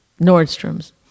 Nordstrom's